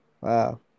Wow